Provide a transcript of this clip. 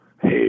Hey